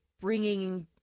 bringing